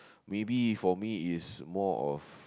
maybe for me is more of